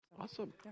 Awesome